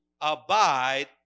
Abide